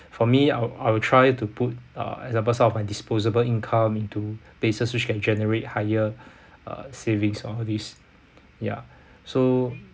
for me I will I will try to put uh example some of my disposable income into basis which can generate higher uh savings over these ya so